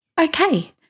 Okay